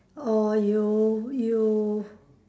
or you you